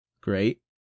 Great